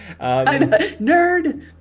Nerd